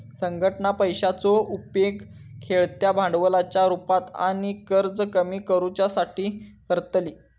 संघटना पैशाचो उपेग खेळत्या भांडवलाच्या रुपात आणि कर्ज कमी करुच्यासाठी करतली